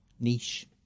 Niche